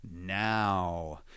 now